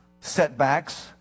setbacks